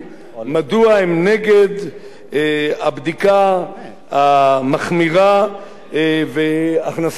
הבדיקה המחמירה והכנסת הנתונים של המסתננים.